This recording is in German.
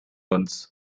uns